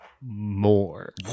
more